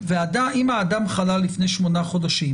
אם האדם חלה לפני שמונה חודשים,